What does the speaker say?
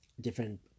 different